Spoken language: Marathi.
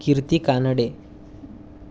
कीर्ती कानडे